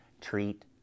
treat